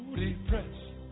depressed